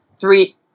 three